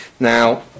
Now